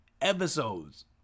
episodes